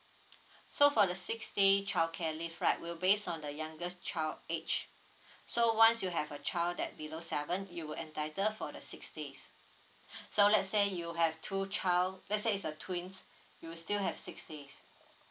so for the six day childcare leave right will based on the youngest child age so once you have a child that below seven you will entitle for the six days so let's say you have two child let's say is a twin you still have six days